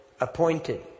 appointed